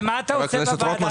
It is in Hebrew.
ומה אתה עושה בוועדה?